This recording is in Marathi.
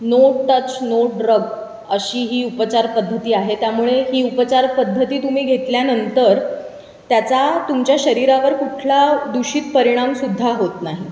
नो टच नो ड्रग अशी ही उपचारपद्धती आहे त्यामुळे ही उपचारपद्धती तुम्ही घेतल्यानंतर त्याचा तुमच्या शरीरावर कुठला दूषित परिणाम सुद्धा होत नाही